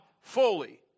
fully